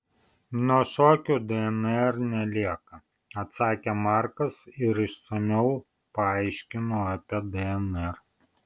nuo šokių dnr nelieka atsakė markas ir išsamiau paaiškino apie dnr